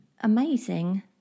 amazing